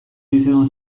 bizidun